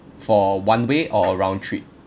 for one way or a round trip